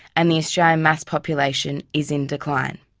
and the australian maths population is in decline.